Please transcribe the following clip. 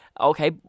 Okay